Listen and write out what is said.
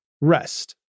Rest